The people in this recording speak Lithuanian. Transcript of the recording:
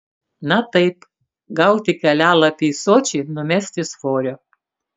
na taip gauti kelialapį į sočį numesti svorio